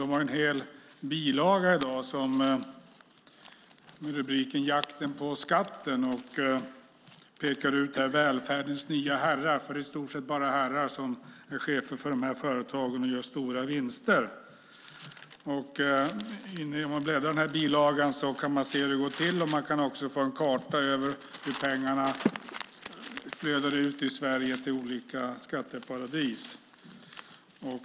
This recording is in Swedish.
De har en hel bilaga med rubriken "Jakten på skatten" och pekar där ut välfärdens nya herrar, för det är i stort sett bara herrar som är chefer för de här företagen och gör stora vinster. Bläddrar man i bilagan kan man se hur det går till, och man kan också få en karta över hur pengarna flödar ut ur Sverige till olika skatteparadis.